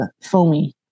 foamy